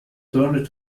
turned